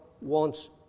wants